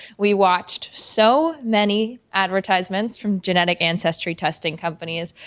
we watched so many advertisements from genetic ancestry testing companies,